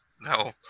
No